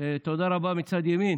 תודה רבה מצד ימין.